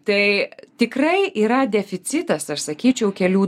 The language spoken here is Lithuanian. tai tikrai yra deficitas aš sakyčiau kelių